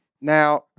Now